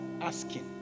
asking